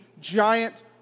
giant